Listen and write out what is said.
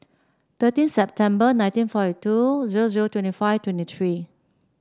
thirteen September nineteen forty two zero zero twenty five twenty three